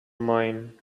mine